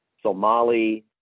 Somali